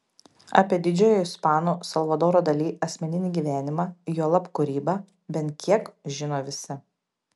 apie didžiojo ispano salvadoro dali asmeninį gyvenimą juolab kūrybą bent kiek žino visi